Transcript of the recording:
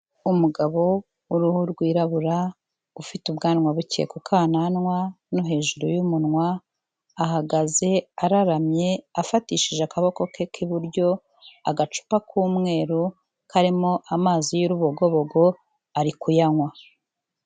Umugabo w'uruhu rwirabura ufite ubwanwa buke ku kananwa no hejuru y'umunwa, ahagaze araramye, afatishije akaboko ke k'iburyo agacupa k'umweru karimo amazi y'urubogobogo, ari kuyanywa.